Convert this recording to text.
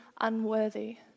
unworthy